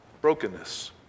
Brokenness